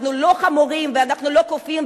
אנחנו לא חמורים ואנחנו לא קופים,